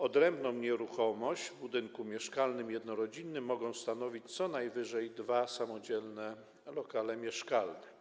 Odrębną nieruchomość w budynku mieszkalnym i jednorodzinnym mogą stanowić co najwyżej dwa samodzielne lokale mieszkalne.